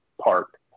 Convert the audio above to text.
park